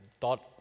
thought